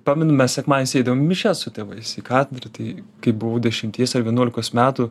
pamenu mes sekmadieniais eidavom į mišias su tėvais į katedrą tai kai buvau dešimties ar vienuolikos metų